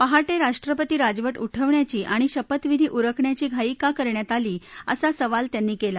पहाटे राष्ट्रपती राजवट उठवण्याची आणि शपथविधी उरकण्याची घाई का करण्यात आली असा सवाल त्यांनी केला